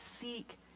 seek